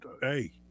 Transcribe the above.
Hey